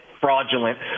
fraudulent